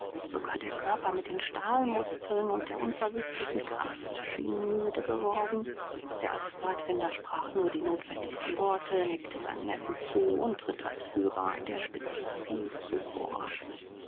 sogar der körper mit den stahlmuskeln und der unverwüstlichen kraft schien müde geworden der alte pfadfinder sprach nur die notwendigsten worte nickte seinem neffen zu und ritt als führer an der spitze wie zuvor